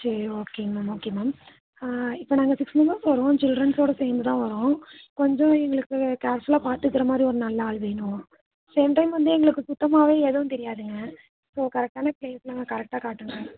சரி ஓகேங்க ma'am okay ma'am இப்போ நாங்கள் சிக்ஸ் மெம்பர்ஸ் வரோம் சில்ரன்ஸோடு சேர்ந்துதான் வரோம் கொஞ்சம் எங்களுக்கு கேர்ஃபுல்லாக பார்த்துக்குற மாதிரி ஒரு நல்ல ஆள் வேணும் சேம்டைம் வந்து எங்களுக்கு சுத்தமாகவே ஏதும் தெரியாதுங்க ஸோ கரெக்டான ப்ளேஸ்லாம் கரெக்டாக காட்டணும்